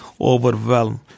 overwhelm